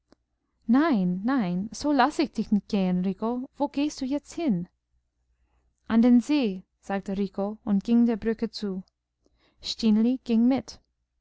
nein nein so lass ich dich nicht gehen rico wo gehst du jetzt hin an den see sagte